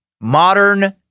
modern